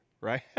Right